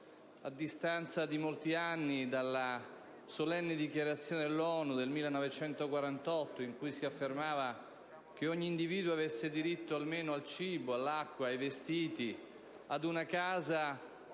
a distanza di molti anni dalla solenne dichiarazione dell'ONU del 1948, in cui si affermava che ogni individuo avesse diritto almeno al cibo, all'acqua, ai vestiti e ad una casa,